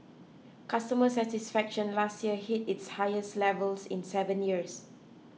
customer satisfaction last year hit its highest levels in seven years